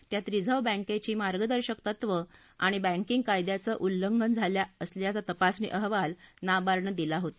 त्यात रिझर्व्ह बँकेची मार्गदर्शक तत्व आणि बँकिंग कायद्याच उल्लघन झाल असल्याचा तपासणी अहवाल नाबार्डनं दिला होता